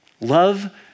Love